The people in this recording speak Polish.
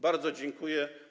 Bardzo dziękuję.